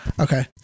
okay